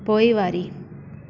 पोइवारी